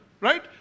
Right